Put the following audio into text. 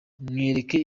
mwereke